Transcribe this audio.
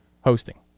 hosting